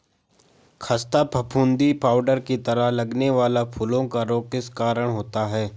खस्ता फफूंदी पाउडर की तरह लगने वाला फूलों का रोग किस कारण होता है?